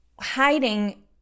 hiding